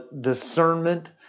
discernment